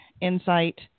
insight